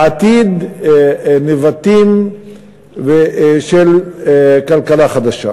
לעתיד נבטים של כלכלה חדשה.